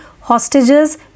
Hostages